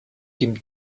dem